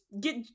get